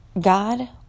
God